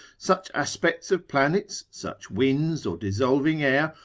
such aspects of planets, such winds, or dissolving air,